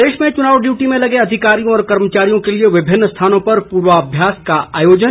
प्रदेश में चुनाव डियूटी में लगे अधिकारियों व कर्मचारियों के लिए विभिन्न स्थानों पर पूर्वाभ्यास का आयोजन